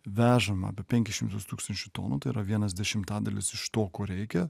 vežama apie penkis šimtus tūkstančių tonų tai yra vienas dešimtadalis iš to ko reikia